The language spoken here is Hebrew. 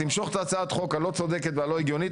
תמשוך את הצעת החוק הלא צודקת והלא הגיונית